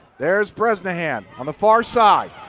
there's bresnahan on the far side,